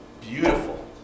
Beautiful